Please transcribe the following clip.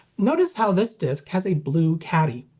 notice how this disc has a blue caddy.